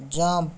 jump